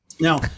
now